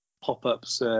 pop-ups